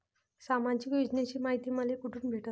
सामाजिक योजनेची मायती मले कोठून भेटनं?